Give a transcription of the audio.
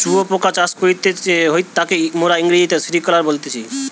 শুয়োপোকা চাষ করা হতিছে তাকে মোরা ইংরেজিতে সেরিকালচার বলতেছি